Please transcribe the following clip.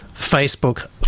Facebook